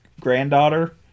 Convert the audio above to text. granddaughter